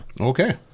Okay